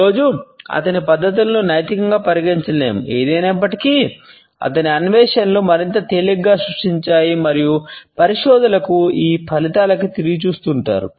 ఈ రోజు అతని పద్ధతులను నైతికంగా పరిగణించలేము ఏది ఏమయినప్పటికీ అతని అన్వేషణలు మరింత తేలికగా సృష్టించాయి మరియు పరిశోధకులు ఈ ఫలితాలకు తిరిగి చూస్తుంటారు